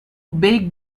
baked